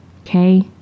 okay